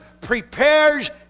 prepares